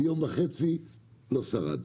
ולאחר יום וחצי לא שרד.